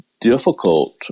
difficult